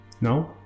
No